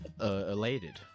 elated